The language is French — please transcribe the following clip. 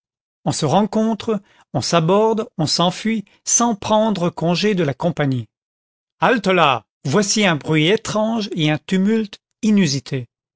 on se rencontre on s'aborde on s'enfuit sans prendre congé de la compagnie halte-là voici un bruit étrange et un tumulte inusité